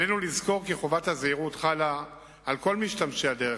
עלינו לזכור כי חובת הזהירות חלה על כל משתמשי הדרך,